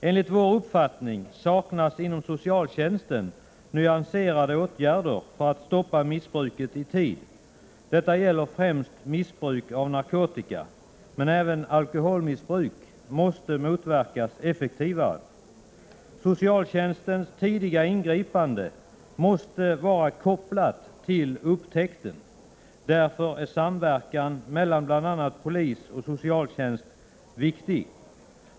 Enligt vår uppfattning saknas det inom socialtjänsten nyanserade åtgärder för att stoppa missbruket i tid. Det gäller främst missbruket av narkotika, men även alkoholmissbruket måste motverkas effektivare. Socialtjänstens tidiga ingripanden måste vara kopplade till upptäckten. Därför är samverkan mellan bl.a. polis och socialtjänst viktig.